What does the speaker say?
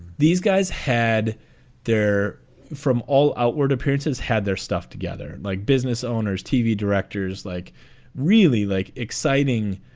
these guys had they're from all outward appearances, had their stuff together, like business owners, tv directors, like really like exciting,